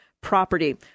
property